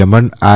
Raman R